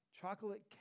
chocolate